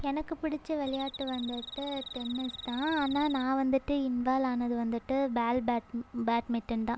எனக்கு பிடிச்ச விளையாட்டு வந்துட்டு டென்னிஸ் தான் ஆனால் நான் வந்துட்டு இன்வால்வ் ஆனது வந்துட்டு பால் பேட் பேட்மிட்டன் தான்